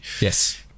Yes